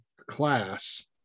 class